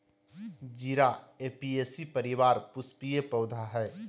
जीरा ऍपियेशी परिवार पुष्पीय पौधा हइ